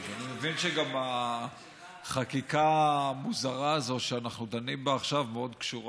אני מבין שגם החקיקה המוזרה הזאת שאנחנו דנים בה עכשיו מאוד קשורה